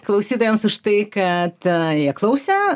klausytojams už tai kad jie klausė